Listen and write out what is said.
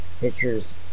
pictures